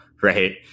Right